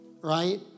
Right